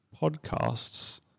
podcasts